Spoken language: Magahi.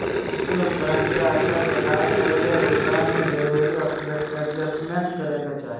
कृषि उपकरण के अच्छा से कार्य करै ले उपकरण में जरूरी एडजस्टमेंट करै के चाही